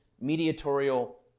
mediatorial